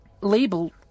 label